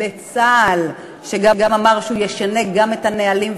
לצה"ל שאמר שהוא ישנה גם את הנהלים,